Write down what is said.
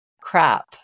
crap